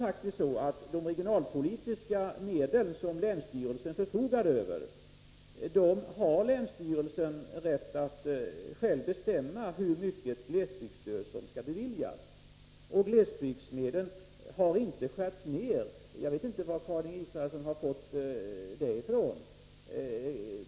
Av de regionalpolitiska medel som länsstyrelsen förfogar över har länsstyrelsen självt rätt att bestämma hur mycket glesbygdsstöd som skall beviljas. Glesbygdsmedlen har inte skurits ned. Jag vet inte var Karin Israelsson har fått det ifrån.